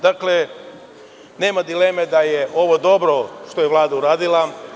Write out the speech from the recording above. Dakle, nema dileme da je ovo dobro što je Vlada uradila.